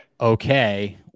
okay